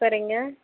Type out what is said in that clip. சரிங்க